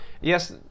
Yes